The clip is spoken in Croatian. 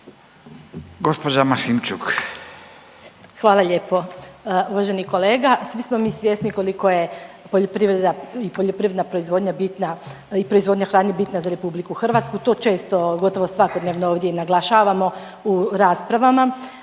Ljubica (HDZ)** Hvala lijepo. Uvaženi kolega, svi smo mi svjesni koliko je poljoprivreda i poljoprivredna proizvodnja bitna i proizvodnja hrane bitna za RH, to često gotovo svakodnevno ovdje i naglašavamo u raspravama,